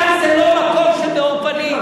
ושידעו: כאן זה לא מקום של מאור פנים.